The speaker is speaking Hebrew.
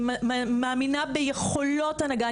אני מאמינה ביכולות הנהגה,